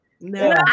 no